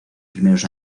primeros